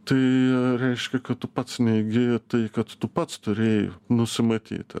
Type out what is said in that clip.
tai reiškia kad tu pats neigi tai kad tu pats turėjai nusimatyti